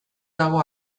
dago